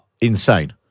insane